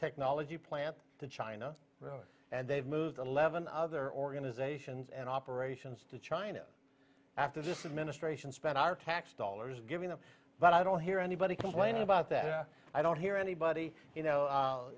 technology plant to china and they've moved eleven other organizations and operations to china after this is ministration spend our tax dollars giving them but i don't hear anybody complaining about that as i don't hear anybody